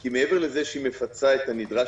כי מעבר לכך שהיא מפצה את הנדרש,